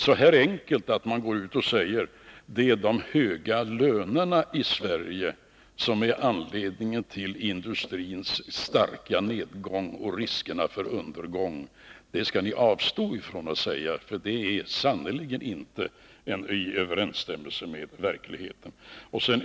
Att göra det hela så enkelt som att säga att det är de höga lönerna i Sverige som är anledningen till industrins starka nedgång och riskerna för undergång, det skall ni avstå ifrån, för det är sannerligen inte i överensstämmelse med verkligheten.